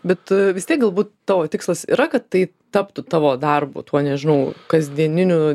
bet vis tiek galbūt tavo tikslas yra kad tai taptų tavo darbu tuo nežnau kasdieniniu